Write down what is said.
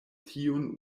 tiun